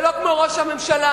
ולא כמו ראש הממשלה,